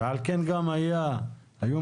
על כן גם היו מגעים.